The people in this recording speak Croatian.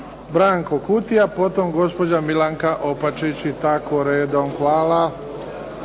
Branko Kutija, potom gospođa Milanka Opačić i tako redom. Hvala.